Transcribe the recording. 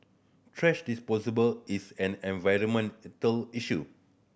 thrash is an environmental issue